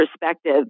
perspective